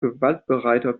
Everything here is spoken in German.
gewaltbereiter